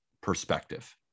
perspective